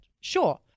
Sure